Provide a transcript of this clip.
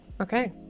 okay